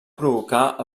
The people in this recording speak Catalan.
provocar